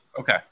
okay